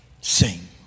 sing